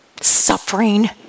suffering